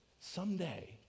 Someday